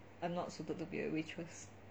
I'm not suited to be a waitress